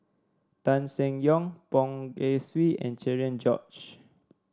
Tan Seng Yong Poh Kay Swee and Cherian George